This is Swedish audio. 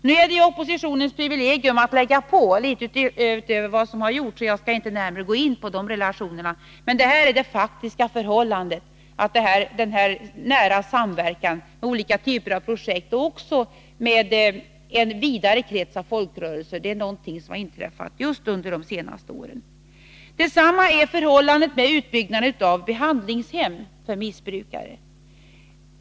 Det är ju oppositionens privilegium att lägga på litet på regeringens förslag, och jag skall inte gå närmare in på de relationerna, men det faktiska förhållandet är att denna nära samverkan i olika typer av projekt med en vidare krets av folkrörelser är någonting som kommit till stånd just under de senaste åren. Detsamma gäller för utbyggnaden av behandlingshem för missbrukare.